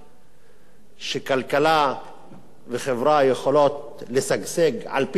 שכלכלה וחברה יכולות לשגשג, על-פי תפיסת עולמו,